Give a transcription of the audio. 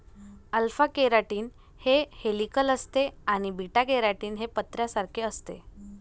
alpha keratin हे helical असते आणि बीटा केराटीन हे पत्र्यासारखे असते